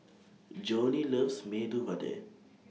Joni loves Medu Vada